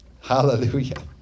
Hallelujah